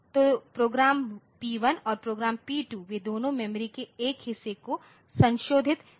तो program P1 और program P2 वे दोनों मेमोरी के एक हिस्से को संशोधित करना चाहते हैं